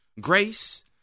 grace